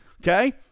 okay